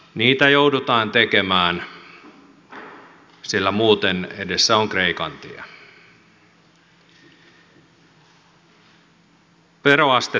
niitä joudutaan tekemään sillä muuten edessä on kreikan tie